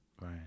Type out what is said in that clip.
Right